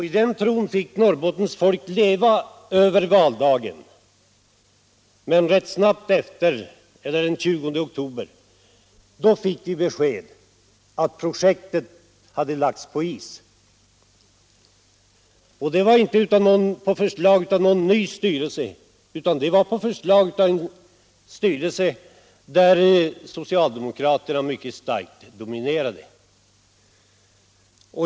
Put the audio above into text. I den tron fick Norrbottens folk leva över valdagen, men rätt snart därefter — den 20 oktober — kom beskedet att projektet hade lagts på is. Det var inte på förslag av någon ny styrelse utan på förslag av en styrelse där socialdemokraterna mycket starkt dominerade.